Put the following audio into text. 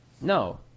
No